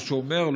כמו שהוא אומר,